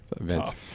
events